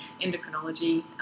endocrinology